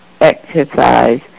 exercise